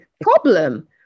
problem